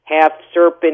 half-serpent